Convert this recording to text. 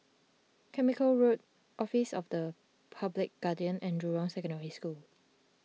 Carmichael Road Office of the Public Guardian and Jurong Secondary School